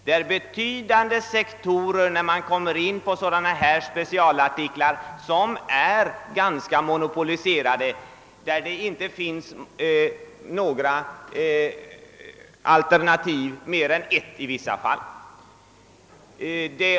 Vad beträffar sådana här specialartiklar är det betydande sektorer av näringslivet som är ganska monopoliserade. I vissa fall finns det inte mer än ett alternativ.